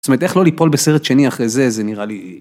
זאת אומרת, איך לא ליפול בסרט שני אחרי זה, זה נראה לי...